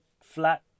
flat